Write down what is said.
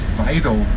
vital